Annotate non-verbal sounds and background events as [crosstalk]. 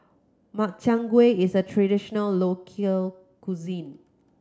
Makchang Gui is a traditional [unintelligible] cuisine